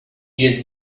just